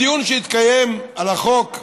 בדיון שהתקיים על החוק,